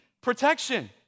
protection